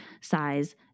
size